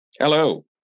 Hello